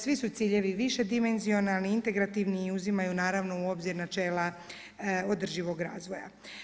Svi su ciljevi višedimenzionalni, integrativni i uzimaju naravno u obzir načela održivog razvoja.